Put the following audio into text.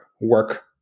work